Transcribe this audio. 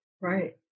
right